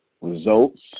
results